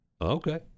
okay